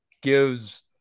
gives